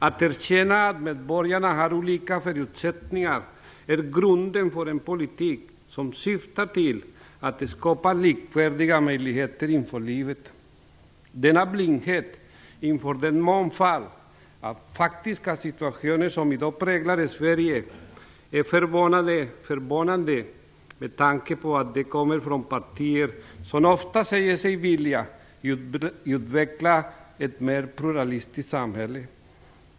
Att erkänna att medborgarna har olika förutsättningar är grunden för en politik som syftar till att skapa likvärdiga möjligheter inför livet. Denna blindhet inför den mångfald av faktiska situationer som i dag präglar Sverige är förvånande med tanke på att det är fråga om partier som ofta säger sig vilja utveckla ett mer pluralistiskt samhälle.